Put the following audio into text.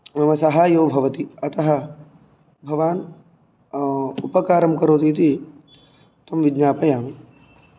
मम साहाय्यं भवति अतः भवान् उपकारं करोतु इति त्वं विज्ञापयामि